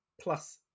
plus